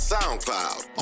SoundCloud